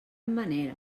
manera